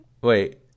wait